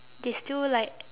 they still like